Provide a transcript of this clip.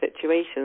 situations